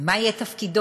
ומה יהיה תפקידו,